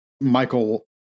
Michael